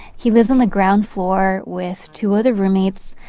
he lives on the ground floor with two other roommates.